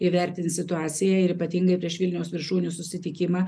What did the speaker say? įvertins situaciją ir ypatingai prieš vilniaus viršūnių susitikimą